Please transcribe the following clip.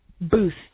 boost